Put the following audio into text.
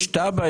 יש תב"ע?